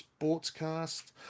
Sportscast